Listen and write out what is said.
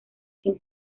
sin